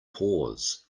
pause